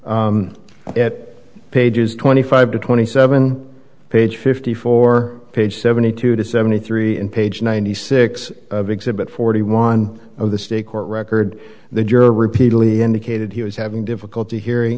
dire pages twenty five to twenty seven page fifty four page seventy two to seventy three in page ninety six of exhibit forty one of the state court record the juror repeatedly indicated he was having difficulty hearing